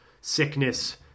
sickness